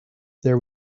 there